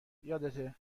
یادته